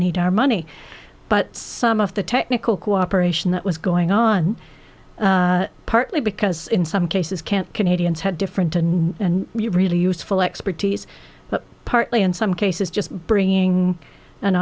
need our money but some of the technical cooperation that was going on partly because in some cases can't canadians had different and really useful expertise but partly in some cases just bringing an